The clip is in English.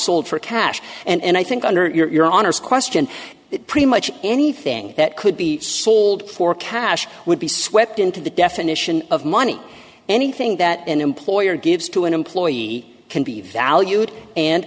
sold for cash and i think under your daughter's question it pretty much anything that could be sold for cash would be swept into the definition of money anything that an employer gives to an employee can be valued and